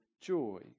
joy